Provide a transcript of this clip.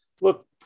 look